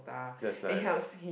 just nice